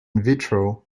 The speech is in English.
vitro